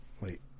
Wait